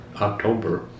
October